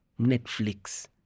Netflix